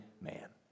man